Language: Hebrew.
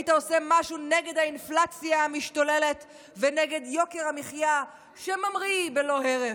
היית עושה משהו נגד האינפלציה המשתוללת ונגד יוקר המחיה שממריא ללא הרף.